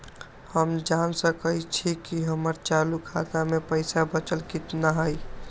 हम जान सकई छी कि हमर चालू खाता में पइसा बचल कितना हई